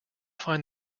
find